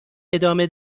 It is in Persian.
ادامه